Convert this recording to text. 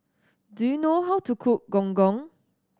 do you know how to cook Gong Gong